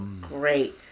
great